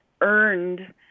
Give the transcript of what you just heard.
earned